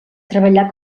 treballar